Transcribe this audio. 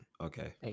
Okay